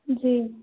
جی